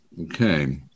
Okay